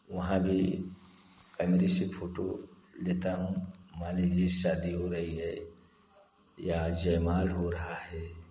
वहाँ भी कैमरे से फोटू लेता हूँ मान लीजिए शादी हो रही है या जयमाला हो रही है